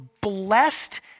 blessed